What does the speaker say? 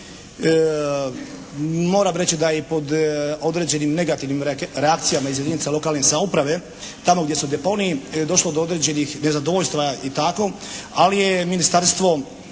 Moram reći da i pod određenim negativnim reakcijama iz jedinica lokalne samouprave tamo gdje su deponiji je došlo do određenih nezadovoljstva i tako, ali je Ministarstvo